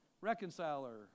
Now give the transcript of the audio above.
reconciler